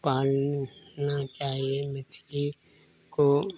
पालना चाहिए मछली को